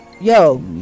Yo